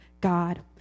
God